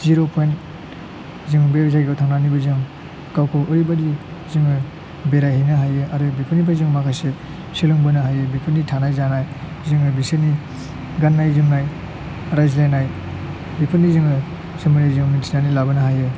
जिर' point जों बे जायगायाव थांनानैबो जों गावखौ ओरैबायदि जोङो बेरायहैनो हायो आरो बेफोरनिफ्राय जोङो माखासे सोलोंबोनो हायो बिफोरनि थानाय जानाय जोङो बिसोरनि गान्नाय जोमनाय रायज्लायनाय बेफोरनि जोङो सोमोन्दै जों मिथिनानै लाबोनो हायो